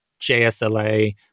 JSLA